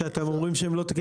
שאתם אומרים שהם לא תקינים.